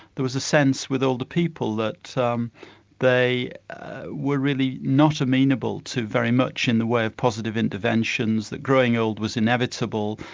there was a sense with older people that um they were really not amenable to very much in the way of positive interventions, that growing old was inevitable,